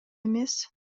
эмес